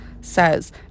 Says